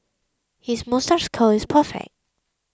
his moustache curl is perfect